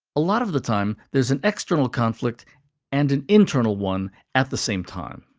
a lot of the time, there's an external conflict and an internal one at the same time.